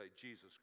Jesus